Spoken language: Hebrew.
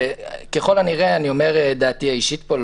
ככל הנראה אני אומר את דעתי האישית פה,